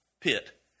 pit